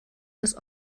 des